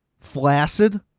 Flaccid